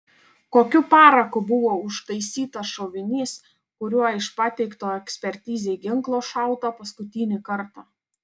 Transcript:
kokiu paraku buvo užtaisytas šovinys kuriuo iš pateikto ekspertizei ginklo šauta paskutinį kartą